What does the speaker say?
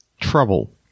Trouble